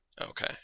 Okay